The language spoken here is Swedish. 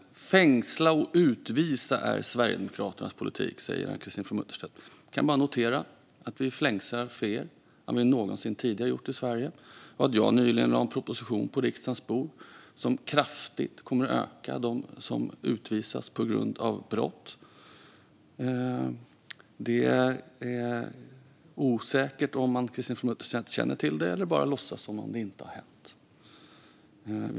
"Fängsla och utvisa" är Sverigedemokraternas politik, säger Ann-Christine From Utterstedt. Jag kan bara notera att vi fängslar fler än vi någonsin tidigare gjort i Sverige och att jag nyligen lade en proposition på riksdagens bord som kraftigt kommer att öka antalet personer som utvisas på grund av brott. Det är osäkert om Ann-Christine From Utterstedt inte känner till detta eller bara låtsas som att det inte har hänt.